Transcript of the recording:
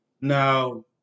Now